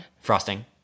Frosting